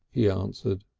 he answered.